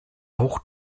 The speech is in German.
hoch